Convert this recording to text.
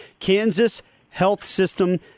Kansashealthsystem